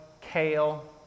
kale